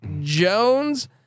Jones